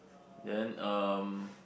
then um